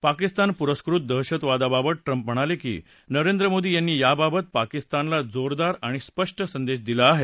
पाकिस्तान पुरस्कृत दहशतवादाबाबत ट्रंप म्हणाले की नरेंद्र मोदी यांनी याबाबत पाकिस्तानला जोरदार आणि स्पष्ट संदेश दिला आहे